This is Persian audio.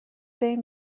بریم